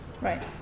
Right